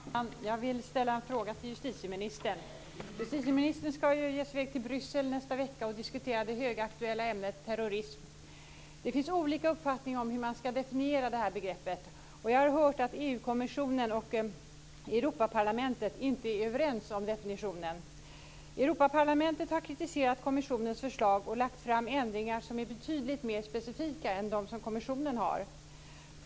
Herr talman! Jag vill ställa en fråga till justitieministern. Justitieministern ska ju ge sig i väg till Bryssel nästa vecka och diskutera det högaktuella ämnet terrorism. Det finns olika uppfattningar om hur man ska definiera det begreppet. Jag har hört att EU kommissionen och Europaparlamentet inte är överens om definitionen. Europaparlamentet har kritiserat kommissionens förslag och lagt fram förslag till ändringar som är betydligt mer specifika än kommissionens förslag.